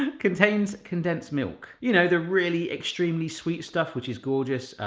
ah contains condensed milk. you know, the really extremely sweet stuff which is gorgeous,